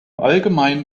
allgemeinen